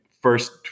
first